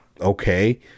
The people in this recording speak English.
okay